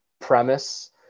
premise